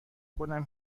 کنم